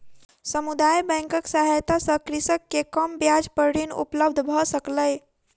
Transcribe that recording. समुदाय बैंकक सहायता सॅ कृषक के कम ब्याज पर ऋण उपलब्ध भ सकलै